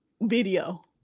video